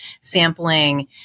sampling